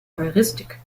heuristik